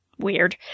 Weird